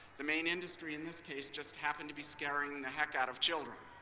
the main industry in this case just happens to be scaring the heck out of children.